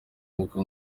mbuga